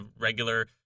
regular